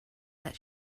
that